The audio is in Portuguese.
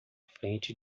frente